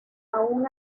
aún